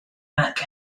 back